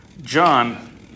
John